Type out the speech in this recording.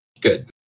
Good